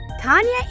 Tanya